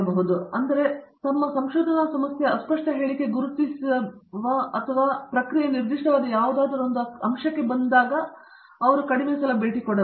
ಅದು ನಾನು ಹೇಳುವ ಕಾರಣ ನಮ್ಮ ಸಂಶೋಧನಾ ಸಮಸ್ಯೆಯ ಅಸ್ಪಷ್ಟ ಹೇಳಿಕೆ ಗುರುತಿಸುವ ಅಥವಾ ಮಾಡುವ ಪ್ರಕ್ರಿಯೆಯು ನಿರ್ದಿಷ್ಟವಾದ ಯಾವುದಾದರೂ ಅಂಶಕ್ಕೆ ವಾಸ್ತವವಾಗಿ ಸಂಶೋಧನಾ ವಿಧಾನದ ಹೆಚ್ಚು ಕಷ್ಟಕರವಾದ ಭಾಗಗಳಲ್ಲಿ ಒಂದಾಗಿದೆ